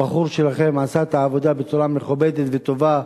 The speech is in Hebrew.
הבחור שלכם עשה את העבודה בצורה מכובדת וטובה,